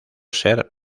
ser